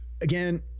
Again